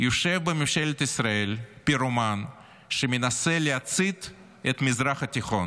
"יושב בממשלת ישראל פירומן שמנסה להצית את המזרח התיכון.